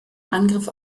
angriff